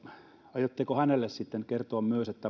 aiotteko hänelle sitten kertoa myös että